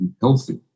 healthy